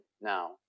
now